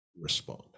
respond